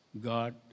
God